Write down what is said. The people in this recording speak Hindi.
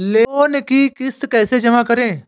लोन की किश्त कैसे जमा करें?